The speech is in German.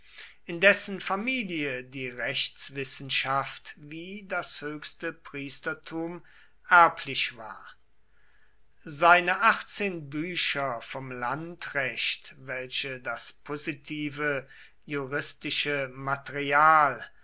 in dessen familie die rechtswissenschaft wie das höchste priestertum erblich war seine achtzehn bücher vom landrecht welche das positive juristische material